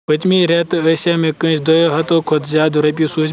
پٔتمہِ رٮ۪تہٕ ٲسیا مےٚ کٲنٛسہِ دۄیو ہَتو کھۄتہٕ زِیٛادٕ رۄپیہِ سوٗزمٕتۍ